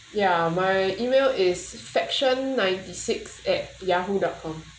ya my email is section ninety six at yahoo dot com